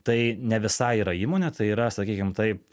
tai ne visai yra įmonė tai yra sakykim taip